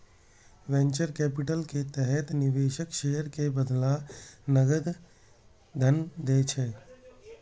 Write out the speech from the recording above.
venture capital के तहत निवेशक शेयर के बदला नकद धन दै छै